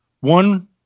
One